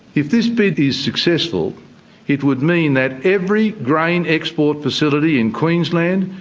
if this bid is successful it would mean that every grain export facility in queensland,